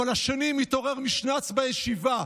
אבל השני מתעורר משנ"צ בישיבה?